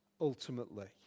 ultimately